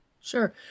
Sure